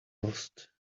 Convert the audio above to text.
lost